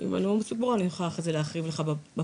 אם תרצה אני אוכל להרחיב לך אחר כך בפרטים.